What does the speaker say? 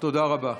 תודה רבה.